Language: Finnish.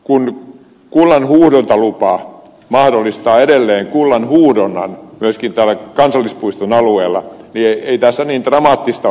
kun kullanhuuhdontalupa mahdollistaa edelleen kullanhuuhdonnan myöskin kansallispuiston alueella niin ei tässä niin dramaattista muutosta ole